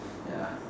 ya